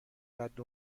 قدر